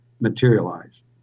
materialized